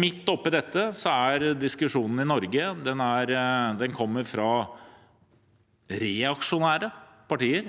Midt oppe i dette er det en diskusjon i Norge, den kommer fra reaksjonære partier,